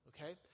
Okay